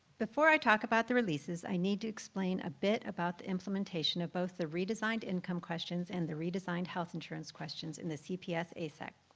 before i talk about the releases, i need to explain a bit about the implementation of both the redesigned income questions and the redesigned house insurance questions in the cps asec.